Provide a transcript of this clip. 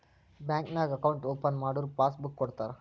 bank ನಾಗ್ account open ಮಾಡುರ್ passbook ಕೊಡ್ತಾರ